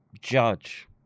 judge